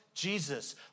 Jesus